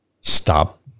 stop